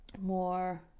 more